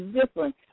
different